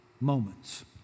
moments